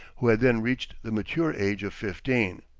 who had then reached the mature age of fifteen.